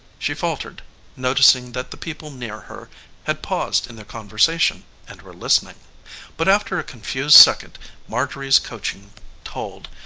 she faltered noticing that the people near her had paused in their conversation and were listening but after a confused second marjorie's coaching told,